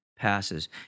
passes